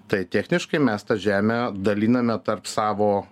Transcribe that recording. tai techniškai mes tą žemę daliname tarp savo